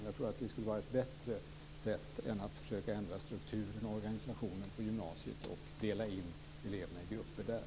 Jag tror att det skulle vara ett bättre sätt än att försöka ändra strukturen och organisationen på gymnasiet och dela in eleverna i grupper där.